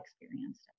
experienced